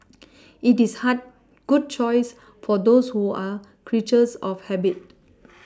it is good choice for those who are creatures of habit